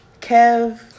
Kev